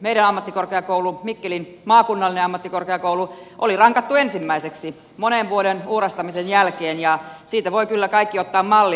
meidän ammattikorkeakoulu mikkelin maakunnallinen ammattikorkeakoulu oli rankattu ensimmäiseksi monen vuoden uurastamisen jälkeen ja siitä voivat kyllä kaikki ottaa mallia